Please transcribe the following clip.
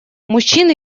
мужчин